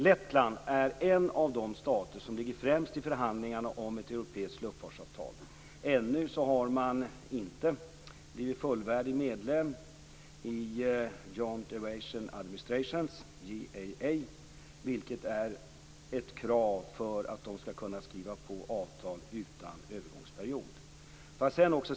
Lettland är en av de stater som ligger främst i förhandlingarna om ett europeiskt luftfartsavtal. Men ännu har man inte blivit fullvärdig medlem i Joint Aviation Authorities, JAA, vilket är ett krav för att kunna skriva på avtal utan övergångsperiod.